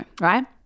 right